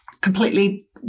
completely